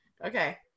Okay